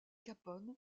capone